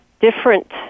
different